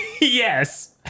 Yes